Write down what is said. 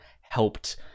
helped